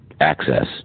access